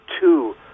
two